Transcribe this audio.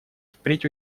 впредь